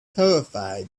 terrified